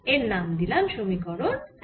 এর নাম দিলাম সমীকরণ এক